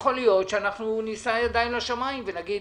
יכול להיות שנישא ידיים לשמיים ונגיד